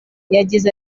yagize